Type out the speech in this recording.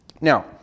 Now